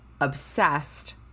Obsessed